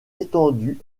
étendues